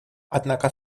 однако